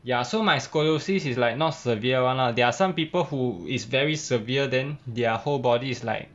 ya so my scoliosis is like not severe [one] lah there are some people who is very severe then their whole body is like